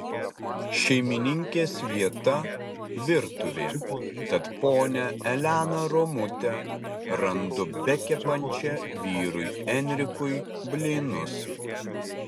šeimininkės vieta virtuvė tad ponią eleną romutę randu bekepančią vyrui enrikui blynus